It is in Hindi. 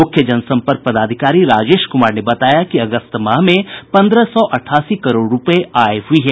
मुख्य जनसम्पर्क पदाधिकारी राजेश कुमार ने बताया कि अगस्त माह में पन्द्रह सौ अठासी करोड़ रूपये आय हुई है